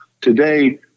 Today